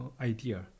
idea